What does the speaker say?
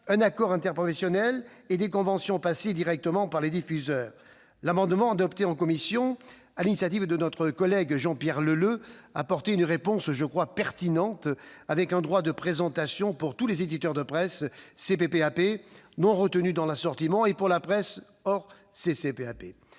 un accord interprofessionnel et des conventions passées directement par les diffuseurs. L'amendement adopté en commission sur l'initiative de notre collègue Jean-Pierre Leleux tend à apporter une réponse que je crois pertinente, avec un « droit de présentation » pour tous les éditeurs de la presse dite « CPPAP » non retenus dans l'assortiment, ainsi que pour la presse dite « hors CPPAP